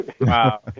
Wow